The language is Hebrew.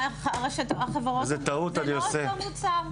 החברות אומרות זה לא אותו מוצר.